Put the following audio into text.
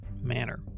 manner